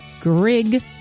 Grig